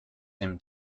him